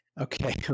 Okay